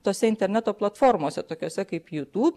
tose interneto platformose tokiose kaip youtube